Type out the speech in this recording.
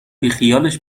بیخیالش